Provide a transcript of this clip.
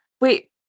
Wait